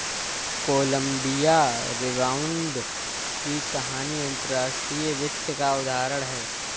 Colombia rebound की कहानी अंतर्राष्ट्रीय वित्त का उदाहरण है